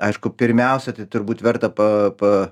aišku pirmiausia tai turbūt verta pa pa